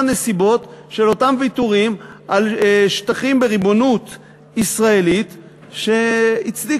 נסיבות של אותם ויתורים על שטחים בריבונות ישראלית שהצדיקו,